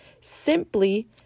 simply